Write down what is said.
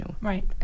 right